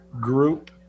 group